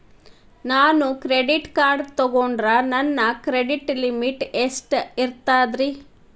ನಾನು credit card ತೊಗೊಂಡ್ರ ನನ್ನ ಕ್ರೆಡಿಟ್ ಲಿಮಿಟ್ ಎಷ್ಟ ಇರ್ತದ್ರಿ?